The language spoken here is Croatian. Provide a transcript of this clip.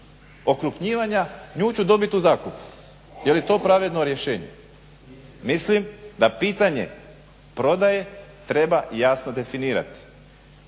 okrupnjivanja, nju ću dobiti u zakup. Je li to pravedno rješenje? Mislim da pitanje prodaje treba jasno definirati.